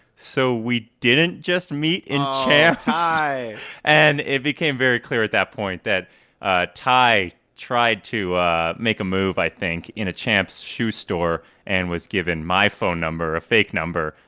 so we didn't just meet in champs? oh, ty and it became very clear at that point that ah ty tried to ah make a move, i think, in a champs shoe store and was given my phone number, a fake number.